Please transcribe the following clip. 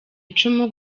icumu